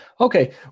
Okay